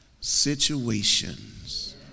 situations